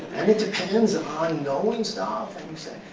and it depends on knowing stuff. and we say,